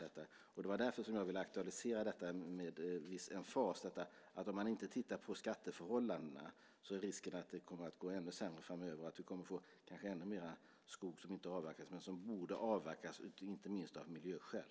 Det är därför jag med emfas vill aktualisera att om vi inte tittar på skatteförhållandena är risken att det kommer att gå ännu sämre framöver och att ännu mer skog inte avverkas som borde avverkas - inte minst av miljöskäl.